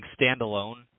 standalone